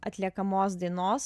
atliekamos dainos